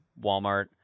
Walmart